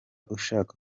ushaka